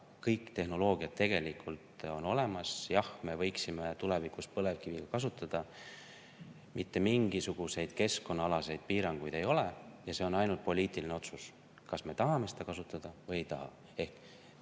kõik tehnoloogiad tegelikult on olemas, jah, me võiksime tulevikus põlevkivi kasutada. Mitte mingisuguseid keskkonnaalaseid piiranguid sellel ei ole. See on ainult poliitiline otsus, kas me tahame seda kasutada või ei taha. Ehk